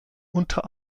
unter